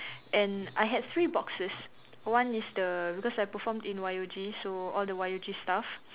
and I had three boxes one is the because I performed in Y_O_G so all the Y_O_G stuff